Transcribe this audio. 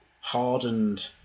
hardened